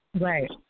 Right